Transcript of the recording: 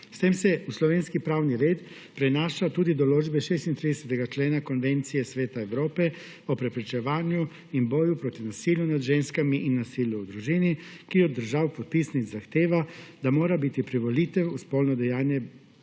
S tem se v slovenski pravni red prenašajo tudi določbe 36. člena Konvencije Sveta Evrope o preprečevanju in boju proti nasilju nad ženskami in nasilju v družini, ki od držav podpisnic zahteva, da mora biti privolitev v spolno dejanje